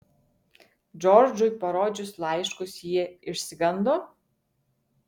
džordžui parodžius laiškus ji išsigando